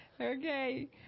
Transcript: Okay